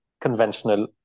conventional